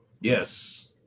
Yes